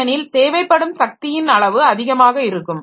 ஏனெனில் தேவைப்படும் சக்தியின் அளவு அதிகமாக இருக்கும்